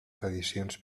tradicions